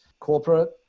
Corporate